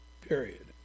Period